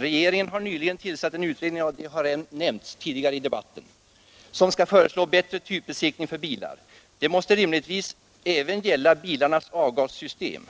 Regeringen har nyligen tillsatt en utredning, som redan nämnts i debatten, vilken skall föreslå bättre typbesiktning för bilar. Det måste rimligtvis även gälla bilarnas avgassystem.